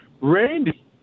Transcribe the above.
Randy